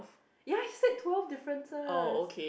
ya he said twelve differences